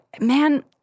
man